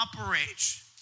operates